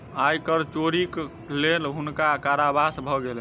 आय कर चोरीक लेल हुनका कारावास भ गेलैन